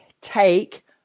take